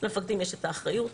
למפקדים יש האחריות,